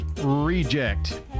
Reject